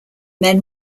men